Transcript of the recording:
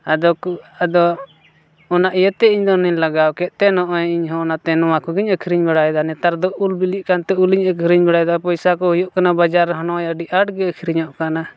ᱟᱫᱚ ᱠᱚ ᱟᱫᱚ ᱚᱱᱟ ᱤᱭᱟᱹᱛᱮ ᱤᱧ ᱫᱚ ᱚᱱᱮᱧ ᱞᱟᱜᱟᱣ ᱠᱮᱫᱛᱮ ᱱᱚᱜᱼᱚᱸᱭ ᱤᱧ ᱦᱚᱸ ᱚᱱᱟᱛᱮ ᱱᱚᱣᱟ ᱠᱚᱜᱮᱧ ᱟᱹᱠᱷᱨᱤᱧ ᱵᱟᱲᱟᱭᱫᱟ ᱱᱮᱛᱟᱨ ᱫᱚ ᱩᱞ ᱵᱤᱞᱤᱜ ᱠᱟᱱᱛᱮ ᱩᱞ ᱤᱧ ᱟᱹᱠᱷᱨᱤᱧ ᱵᱟᱲᱟᱭᱫᱟ ᱯᱚᱭᱥᱟ ᱠᱚ ᱦᱩᱭᱩᱜ ᱠᱟᱱᱟ ᱵᱟᱡᱟᱨ ᱨᱮᱦᱚᱸ ᱱᱚᱜᱼᱚᱸᱭ ᱟᱹᱰᱤ ᱟᱸᱴ ᱜᱮ ᱟᱹᱠᱷᱨᱤᱧᱚᱜ ᱠᱟᱱᱟ